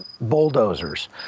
bulldozers